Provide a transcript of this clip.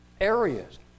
areas